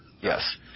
yes